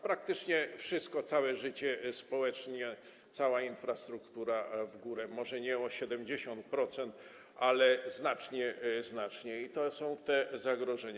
Praktycznie wszystko, całe życie społeczne, cała infrastruktura w górę, może nie o 70%, ale znacznie, i to są te zagrożenia.